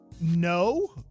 no